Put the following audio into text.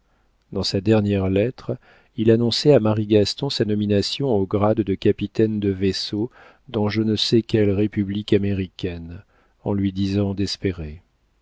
dans sa dernière lettre il annonçait à marie gaston sa nomination au grade de capitaine de vaisseau dans je ne sais quelle république américaine en lui disant d'espérer